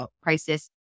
crisis